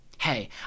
Hey